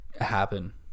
happen